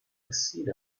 exceed